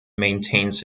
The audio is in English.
maintains